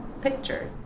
picture